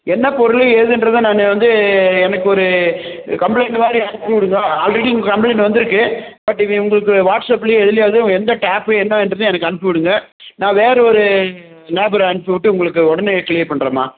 என்ன பொருள் ஏதுங்றத நான் வந்து எனக்கு ஒரு கம்ப்ளைண்ட் மாதிரி அனுப்பி விடுங்க ஆல்ரெடி உங்கள் கம்ப்ளைண்ட் வந்திருக்கு பட் இது உங்களுக்கு வாட்ஸ்அப்லேயோ எதுலேயாவது எந்த டேப்பு என்ன என்கிறதையும் எனக்கு அனுப்பி விடுங்க நான் வேறு ஒரு லேபரை அனுப்பி விட்டு உங்களுக்கு உடனே க்ளியர் பண்ணுறேம்மா